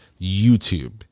YouTube